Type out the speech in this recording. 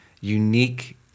unique